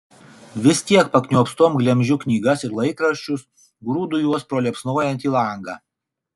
vis tiek pakniopstom glemžiu knygas ir laikraščius grūdu juos pro liepsnojantį langą